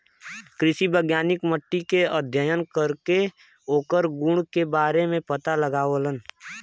कृषि वैज्ञानिक मट्टी के अध्ययन करके ओकरे गुण के बारे में पता लगावलन